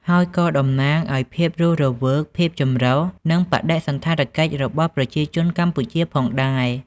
ហើយក៏តំណាងឱ្យភាពរស់រវើក ភាពចម្រុះ និងបដិសណ្ឋារកិច្ចរបស់ប្រជាជនកម្ពុជាផងដែរ។